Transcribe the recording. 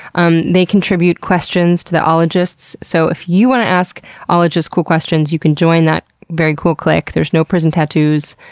um they contribute questions to the ologists. so, if you want to ask ologists cool questions, you can join that very cool clique. there's no prison tattoos,